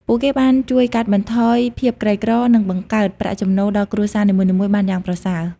ពួកគេបានជួយកាត់បន្ថយភាពក្រីក្រ និងបង្កើតប្រាក់ចំណូលដល់គ្រួសារនីមួយៗបានយ៉ាងប្រសើរ។